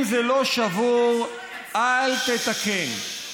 אל תתקן.